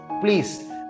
please